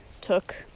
took